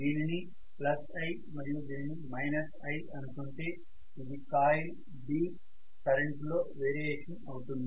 దీనిని I మరియు దీనిని I అనుకుంటే ఇది కాయిల్ B కరెంటు లో వేరియేషన్ అవుతుంది